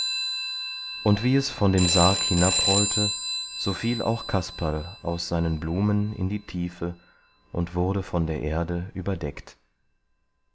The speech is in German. und wie es von dem sarg hinabrollte so fiel auch kasperl aus seinen blumen in die tiefe und wurde von der erde überdeckt